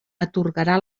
atorgarà